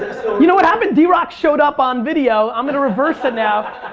you know what happened? drock showed up on video. i'm gonna reverse it now.